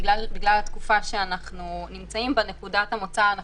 בגלל התקופה שאנחנו נמצאים בה נקודת המוצא היא